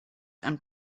and